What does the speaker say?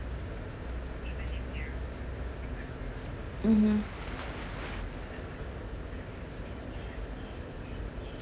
mmhmm